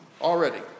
already